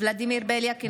ולדימיר בליאק,